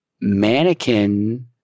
mannequin